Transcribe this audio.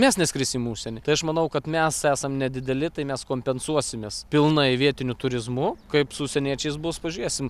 mes neskrisim į užsienį tai aš manau kad mes esam nedideli tai mes kompensuosimės pilnai vietiniu turizmu kaip su užsieniečiais bus pažiūrėsim